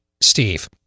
Steve